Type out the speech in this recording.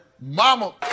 Mama